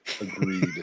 Agreed